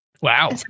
Wow